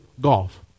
golf